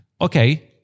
Okay